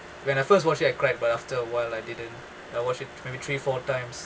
when I first watched it I cried but after awhile I didn't I watched it maybe three four times